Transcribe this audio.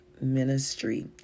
ministry